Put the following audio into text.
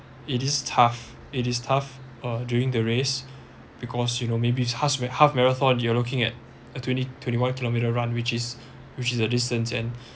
it is tough it is tough uh during the race because you know maybe it's half marathon half marathon you are looking at uh a twenty twenty one kilometre run which is which is the distance and